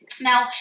Now